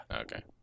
Okay